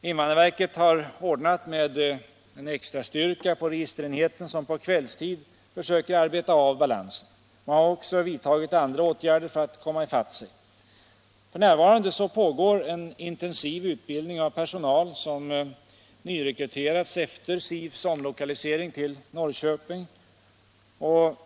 Invandrarverket har ordnat med en extra styrka på registerenheten, som på kvällstid försöker arbeta av balansen. Man har också vidtagit andra åtgärder för att komma i fatt. F. n. pågår en intensiv utbildning av personal som nyrekryterats efter SIV:s omlokalisering till Norrköping.